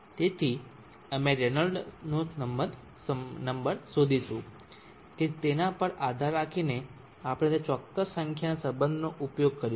તેથી અમે રેનોલ્ડનો નંબર શોધીશું કે તેના પર આધાર રાખીને આપણે તે ચોક્કસ સંખ્યાના સંબંધનો ઉપયોગ કરીશું